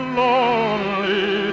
lonely